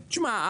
תשמע: